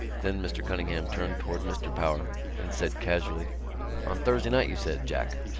then mr. cunningham turned towards mr. power and said casually on thursday night, you said, jack.